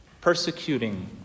persecuting